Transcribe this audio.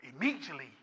Immediately